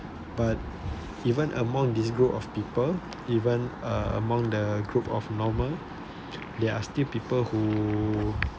but even among this group of people even uh among the group of normal there are still people who